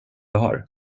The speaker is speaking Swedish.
har